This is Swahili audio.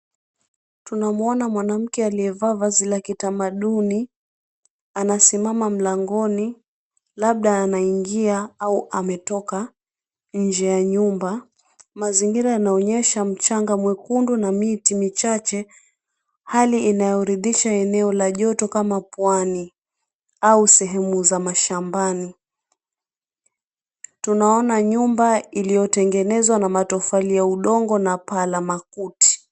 Tunamwona mwanamke aliyevaa vazi la kitamaduni. Anasimama mlangoni, labda anaingia au ametoka inje ya nyumba. Mazingira yanaonyesha mchanga mwekundu na miti michache, hali inayodhihirisha eneo la joto kama pwani au sehemu za mashambani. Tunaona nyumba iliyotengenezwa na matofali ya udongo na paa la makuti.